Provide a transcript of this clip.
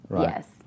Yes